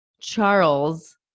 Charles